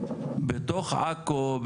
בתוך עכו,